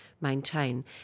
maintain